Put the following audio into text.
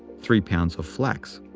three pounds of flax.